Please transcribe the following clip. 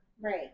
Right